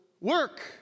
Work